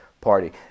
party